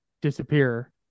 disappear